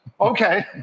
Okay